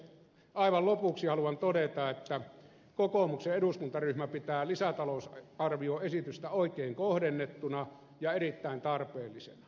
aivan lopuksi haluan todeta että kokoomuksen eduskuntaryhmä pitää lisää talous ar vio esi tys lisätalousarvioesitystä oikein kohdennettuna ja erittäin tarpeellisena